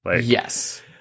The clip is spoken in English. Yes